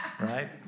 Right